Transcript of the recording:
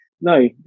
no